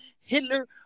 hitler